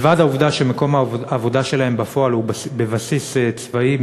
מלבד העובדה שמקום העבודה שלהם בפועל הוא בסיס צבאי,